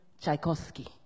Tchaikovsky